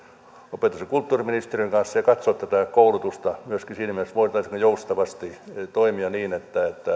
opetus ja kulttuuriministeriön kanssa ja katsoa tätä koulutusta myöskin siinä mielessä voitaisiinko joustavasti toimia niin että